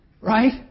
Right